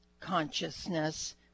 consciousness